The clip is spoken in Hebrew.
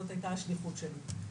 זאת הייתה השליחות שלי.